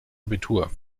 abitur